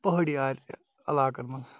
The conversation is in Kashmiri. پہٲڑی عَلاقَن مَنٛز